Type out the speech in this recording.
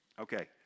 Okay